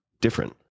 different